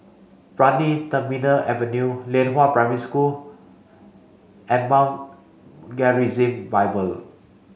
Brani Terminal Avenue Lianhua Primary School and Mount Gerizim Bible